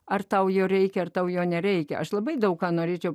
ar tau jo reikia ar tau jo nereikia aš labai daug ką norėčiau